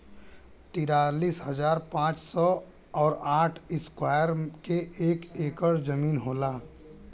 तिरालिस हजार पांच सौ और साठ इस्क्वायर के एक ऐकर जमीन होला